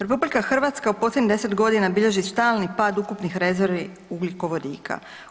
RH u posljednjih 10 godina bilježi stalni pad ukupnih rezervi ugljikovodika.